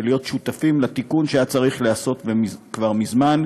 ולהיות שותפים לתיקון שהיה צריך להיעשות כבר מזמן,